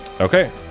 Okay